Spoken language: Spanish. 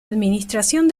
administración